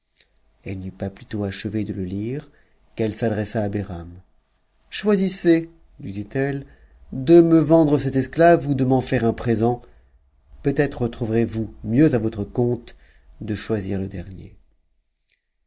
elle n'eut pas plutôt achevé de le lire qu'elle s'adressa à behram choisissez lui dit-elle de me vendre cet esclave ou de m'en faire un présent peut-être trouverez-vous mieux votre compte de choisir le dernier